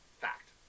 Fact